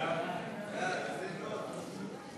הצעת ועדת הכספים בדבר פיצול הצעת חוק ההתייעלות הכלכלית